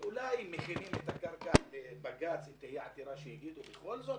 אולי מכינים את הקרקע למקרה שתהיה עתירה לבג"ץ ואז